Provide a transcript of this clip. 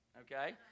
okay